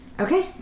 Okay